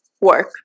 work